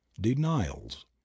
Denials